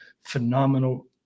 phenomenal